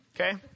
Okay